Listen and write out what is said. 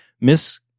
Miss